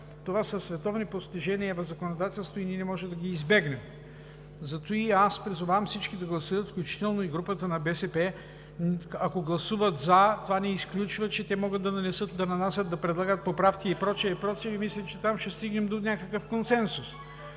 това са световни постижения в законодателството и ние не можем да ги избегнем. Аз призовавам всички да гласуват, включително и групата на БСП – ако гласуват „за“, това не изключва, че те могат да нанасят, да предлагат поправки и прочее, и прочее, и мисля, че там ще стигнем до някакъв консенсус.